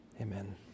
amen